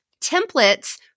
Templates